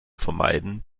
vermeiden